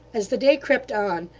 as the day crept on,